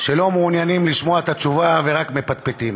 שלא מעוניינים לשמוע את התשובה ורק מפטפטים,